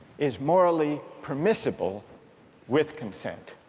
is morally permissible with consent?